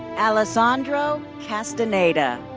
alessandro castaneda.